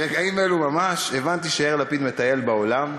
ברגעים אלו ממש הבנתי שיאיר לפיד מטייל בעולם.